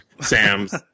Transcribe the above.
Sam's